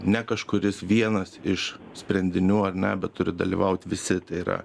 ne kažkuris vienas iš sprendinių ar ne bet turi dalyvaut visi tai yra